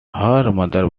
mother